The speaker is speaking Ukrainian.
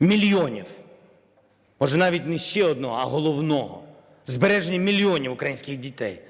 мільйонів, вже навіть не ще одного, а головного – збереження мільйонів українських дітей,